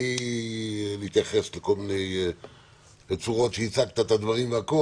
בלי להתייחס לכל מיני צורות שהצגת את הדברים והכול